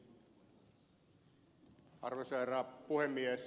arvoisa herra puhemies